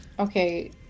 Okay